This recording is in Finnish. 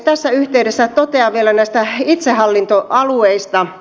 tässä yhteydessä totean vielä näistä itsehallintoalueista